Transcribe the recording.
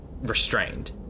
restrained